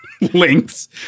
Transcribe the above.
links